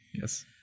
yes